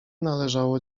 należało